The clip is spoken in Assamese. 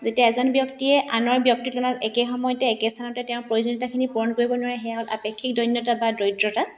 যেতিয়া এজন ব্যক্তিয়ে আনৰ ব্যক্তিৰ তুলনাত একে সময়তে একে স্থানতে তেওঁৰ প্ৰয়োজনীয়তাখিনি পূৰণ কৰিব নোৱাৰে সেয়া আপেক্ষিক দৈন্যতা বা দৰিদ্ৰতা